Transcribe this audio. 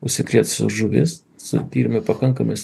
užsikrėtusi žuvis su tyrimui pakankamas